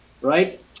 right